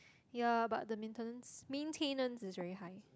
ya but the maintenance maintenance is very high